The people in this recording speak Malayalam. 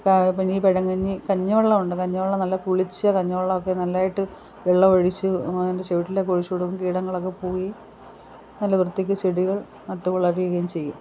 കാക പഞ്ഞി പഴങ്കഞ്ഞി കഞ്ഞിവെള്ളമുണ്ട് കഞ്ഞിവെള്ളം നല്ല പുളിച്ച കഞ്ഞിവെള്ളവൊക്കെ നല്ലതായിട്ട് വെള്ളം ഒഴിച്ചു അതിൻ്റെ ചോട്ടിലൊക്കെ ഒഴിച്ച് കൊടുക്കയും കീടങ്ങളൊക്കെ പോകേം നല്ല വൃത്തിക്ക് ചെടികൾ നട്ട് വളരുകയും ചെയ്യും